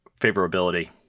favorability